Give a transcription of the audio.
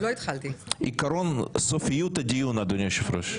עיקרון סופיות הדיון, אדוני היושב ראש.